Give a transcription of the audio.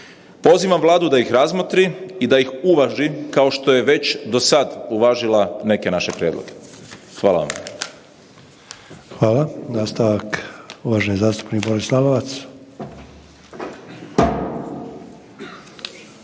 Pozivam Vladu da ih razmotri i da ih uvaži kao što je već do sad uvažila neke naše prijedloge. Hvala vam. **Sanader, Ante (HDZ)** Hvala. Nastavak uvaženi zastupnik Boris Lalovac.